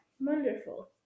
Wonderful